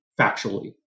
factually